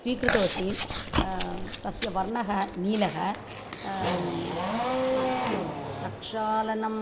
स्वीकृतवती तस्य वर्णः नीलः प्रक्षालनम्